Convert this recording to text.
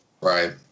Right